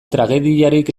tragediarik